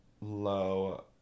low